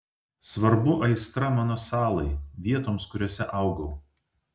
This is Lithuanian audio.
svarbu aistra mano salai vietoms kuriose augau